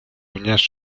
uñas